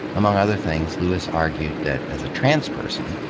among other things, lewis argued that as a trans person,